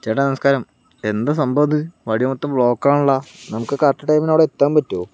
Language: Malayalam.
ചേട്ടാ നമസ്ക്കാരം എന്താ സംഭവം ഇത് വഴി മൊത്തം ബ്ലോക്കണല്ലോ നമുക്ക് കറക്റ്റ് ടൈമിന് അവിടെ എത്താൻ പറ്റുമോ